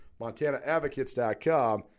MontanaAdvocates.com